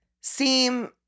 seem